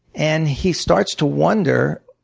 and he starts to wonder,